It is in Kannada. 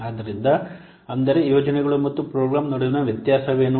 ಆದ್ದರಿಂದ ಅಂದರೆ ಯೋಜನೆಗಳು ಮತ್ತು ಪ್ರೋಗ್ರಾಂ ನಡುವಿನ ವ್ಯತ್ಯಾಸವೇನು